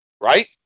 Right